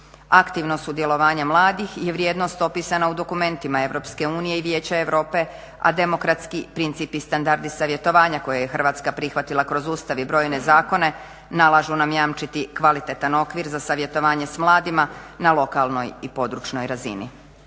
Aktivno sudjelovanje mladih je vrijednost opisana u dokumentima Europske unije i Vijeća Europe, a demokratski princip i standardi savjetovanja koje je Hrvatska prihvatila kroz Ustav i brojne zakone nalažu nam jamčiti kvalitetan okvir za savjetovanje sa mladima na lokalnoj i područnoj razini.